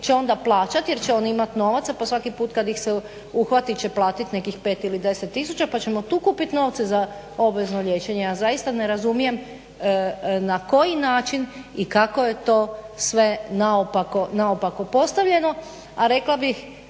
će onda plaćati, jer će oni imati novaca pa svaki put kad ih se uhvati će platit nekih 5 ili 10000, pa ćemo tu kupit novce za obvezno liječenje. Ja zaista ne razumijem na koji način i kako je to sve naopako postavljeno. A rekla bih